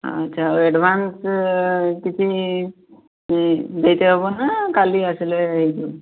ଆଚ୍ଛା ଆଉ ଆଡ଼୍ଭାନ୍ସ କିଛି ଦେଇ ତେ ହେବ ନା କାଲି ଆସିଲେ ହୋଇଯିବ